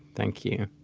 thank you